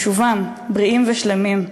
לשובם בריאים ושלמים.